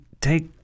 take